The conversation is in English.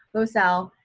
los al,